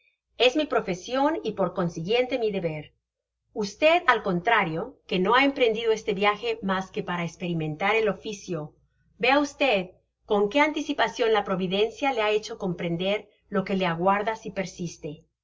es mi profesion y por consiguiente mi deber v al contrario que no ha emprendido este viaje mas que para esperimentar el oficio vea v con qué anticipacion la providencia le ha hecho comprender lo que le aguarda si persiste